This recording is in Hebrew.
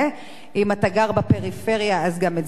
אם אתה גר בפריפריה, אז גם את זה אין,